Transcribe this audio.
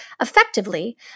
Effectively